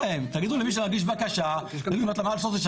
לפי החוק --- אז תגידו להם,